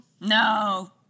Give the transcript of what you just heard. No